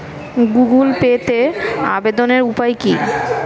Google পেতে আবেদনের উপায় কি?